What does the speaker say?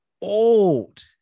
old